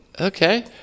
Okay